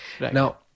Now